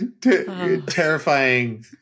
terrifying